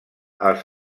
els